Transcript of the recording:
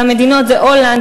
והמדינות הן הולנד,